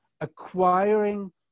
acquiring